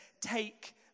take